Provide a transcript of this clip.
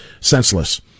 Senseless